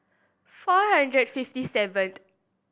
four hundred fifty seventh